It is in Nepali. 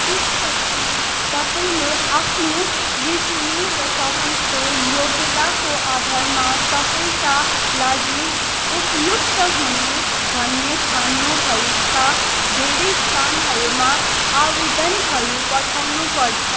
त्यसपछि तपाईँले आफ्नो रिजुमे र तपाईँको योग्यताको आधारमा तपाईँका लागि उपयुक्त हुने भन्ने ठान्नु भएका धेरै स्थानहरूमा आवेदनहरू पठाउनु पर्छ